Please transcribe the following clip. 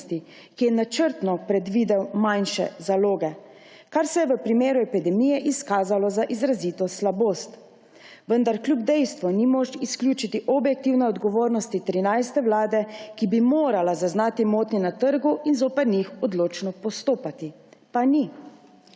ki je načrtno predvidel manjše zaloge, kar se je v primeru epidemije izkazalo za izrazito slabost, vendar kljub dejstvu ni moč izključiti objektivne odgovornosti 13. vlade, ki bi morala zaznati motnje na trgu in zoper njih odločno postopati. Pa ni.